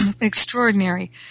extraordinary